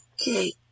Okay